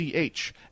ch